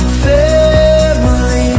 family